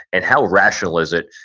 and how rational is it?